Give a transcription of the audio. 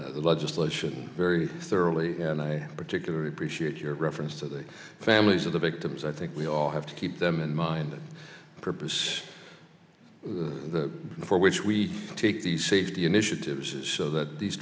covers legislation very thoroughly and i particularly appreciate your reference to the families of the victims i think we all have to keep them in mind the purpose for which we take these safety initiatives is so th